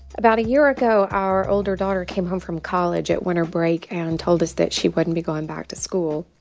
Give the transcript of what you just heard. about a year ago, our older daughter came home from college at winter break and told us that she wouldn't be going back to school.